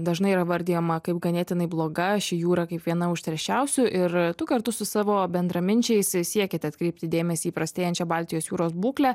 dažnai yra įvardijama kaip ganėtinai bloga ši jūra kaip viena užterščiausių ir tu kartu su savo bendraminčiais siekiate atkreipti dėmesį į prastėjančią baltijos jūros būklę